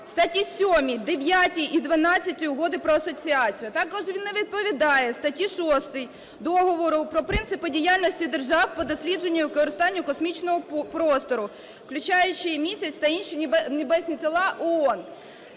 статті 7, 9 і 12 Угоди про асоціацію. Також він не відповідає статті 6 Договору про принципи діяльності держав по дослідженню і використанню космічного простору, включаючи Місяць та інші небесні тіла, у ООН.